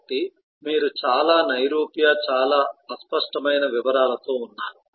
కాబట్టి మీరు చాలా నైరూప్య చాలా అస్పష్టమైన వివరాలతో ఉన్నారు